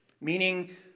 Meaning